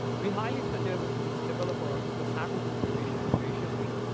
we highly suggest developers to handle the situation graciously,